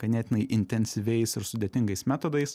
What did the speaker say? ganėtinai intensyviais ir sudėtingais metodais